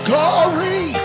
Glory